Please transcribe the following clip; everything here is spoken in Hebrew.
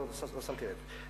לא שמתי לב,